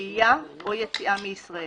שהייה או יציאה מישראל,